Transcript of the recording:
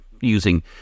using